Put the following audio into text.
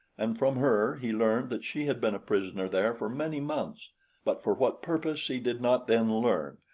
and from her he learned that she had been a prisoner there for many months but for what purpose he did not then learn,